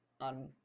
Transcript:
on